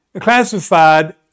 classified